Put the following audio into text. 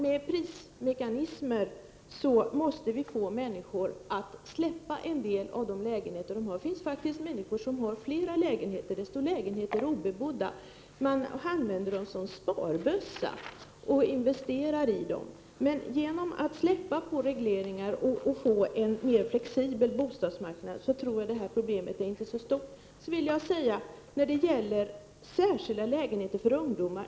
Med prismekanismer måste vi få människor att släppa en del av de lägenheter de har. Det finns faktiskt människor som har flera lägenheter — lägenheter står obebodda; man använder dem som sparbössor och investerar i dem. Det problemet kan man, tror jag, minska genom att släppa på regleringar och få till stånd en mer flexibel bostadsmarknad. Statsrådet talade om särskilda lägenheter för ungdomar.